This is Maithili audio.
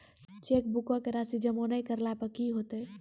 चेकबुको के राशि जमा नै करला पे कि होतै?